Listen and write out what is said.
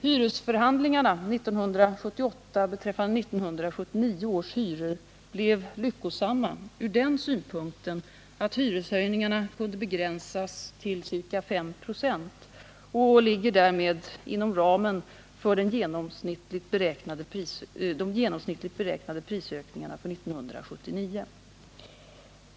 Hyresförhandlingarna 1978 beträffande 1979 års hyror blev lyckosamma från den synpunkten att hyreshöjningen kunde begränsas till ca 5 2» och därmed ligga inom ramen för de genomsnittligt beräknade prisökningarna för 1979.